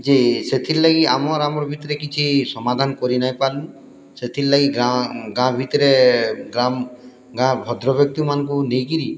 ଯେ ସେଥିର୍ଲାଗି ଆମର୍ ଆମର୍ ଭିତ୍ରେ କିଛି ସମାଧାନ୍ କରିନାଇଁପାର୍ଲୁ ସେଥିର୍ଲାଗି ଗାଁ ଗାଁ ଭିତ୍ରେ ଗାଁ ଗାଁ ଭଦ୍ର ବ୍ୟକ୍ତିମାନ୍କୁ ନେଇକିରି